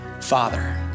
father